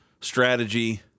strategy